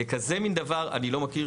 לכזה מן דבר אני לא מכיר